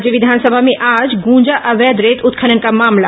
राज्य विधानसभा में आज गूंजा अवैध रेत उत्खनन का मामला